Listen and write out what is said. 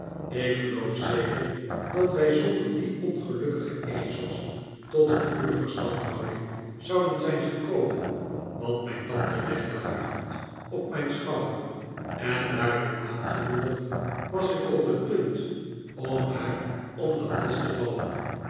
ik geloof zeker dat wij zonder die ongelukkige ezels tot een goede verstandhouding zouden zijn gekomen want mijn tante legde haar hand op mijn schouder en daardoor aangemoedigd was ik op het punt om haar om den hals te vallen